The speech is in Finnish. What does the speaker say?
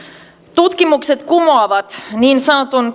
tutkimukset kumoavat niin sanotun